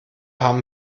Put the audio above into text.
haben